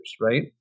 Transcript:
right